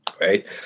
right